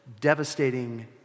devastating